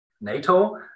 NATO